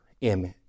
image